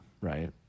Right